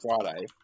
Friday